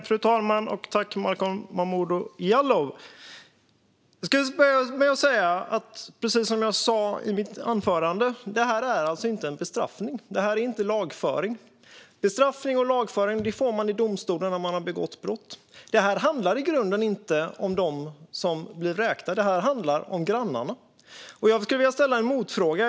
Fru talman! Låt mig börja med att säga precis detsamma som jag sa i mitt anförande: Det handlar inte om en bestraffning. Det är inte lagföring. Bestraffning och lagföring sker i domstol när man har begått brott. Detta handlar i grunden inte om dem som blir vräkta. Det handlar om grannarna. Jag skulle vilja ställa en motfråga.